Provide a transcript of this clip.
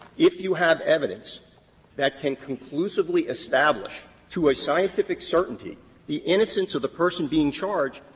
if you have evidence that can conclusively establish to a scientific certainty the innocence of the person being charged,